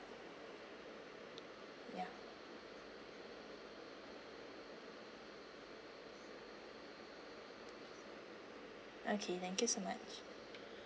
ya okay thank you so much